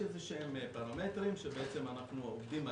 יש איזשהם פרמטרים, שבעצם אנחנו עובדים עליהם.